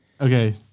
okay